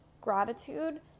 gratitude